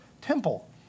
temple